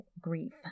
grief